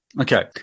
Okay